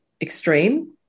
extreme